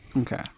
Okay